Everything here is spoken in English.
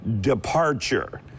departure